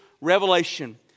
revelation